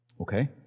Okay